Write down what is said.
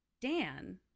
Dan